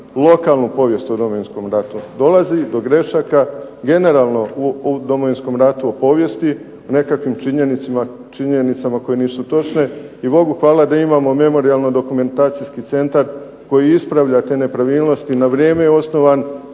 lokalnu povijest o Domovinskom ratu. Dolazi do grešaka generalno o Domovinskom ratu o povijesti, o nekakvim činjenicama koje nisu točne i Bogu hvala da imamo Memorijalno-dokumentacijski centar koji ispravlja te nepravilnosti. Na vrijeme je osnovan,